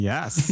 Yes